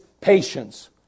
patience